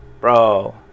Bro